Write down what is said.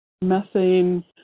methane